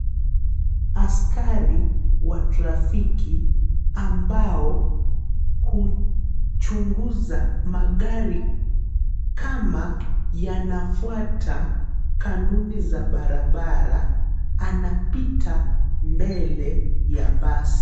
Askari wa trafiki ambao huchunguza magari kama yanafuata kanuni za barabara anapita mbele ya basi.